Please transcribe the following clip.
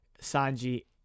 Sanji